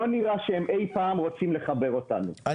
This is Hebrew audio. לא נראה שהם אי פעם רוצים לחבר אותנו,